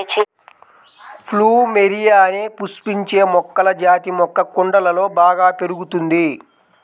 plumeria అనే పుష్పించే మొక్కల జాతి మొక్క కుండలలో బాగా పెరుగుతుంది